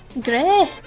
Grey